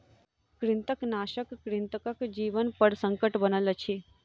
कृंतकनाशक कृंतकक जीवनपर संकट बनल अछि